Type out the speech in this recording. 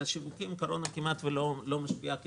על השיווקים הקורונה כמעט ולא משפיעה ככזאת,